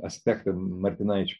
aspektą martinaičio